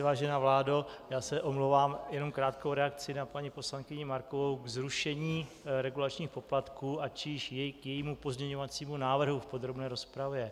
Vážená vládo, já se omlouvám, jenom krátkou reakci na paní poslankyni Markovou ke zrušení regulačních poplatků a též k jejímu pozměňovacímu návrhu v podrobné rozpravě.